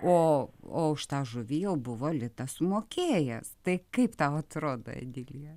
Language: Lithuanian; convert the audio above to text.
o o už tą žuvį jau buvo litą sumokėjęs taip kaip tau atrodo emilija